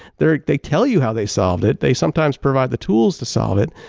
they they tell you how they solved it. they sometimes provide the tools to solve it.